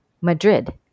Madrid